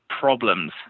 problems